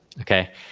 okay